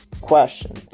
question